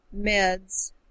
meds